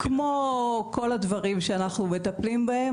כמו כל הדברים שאנחנו מטפלים בהם,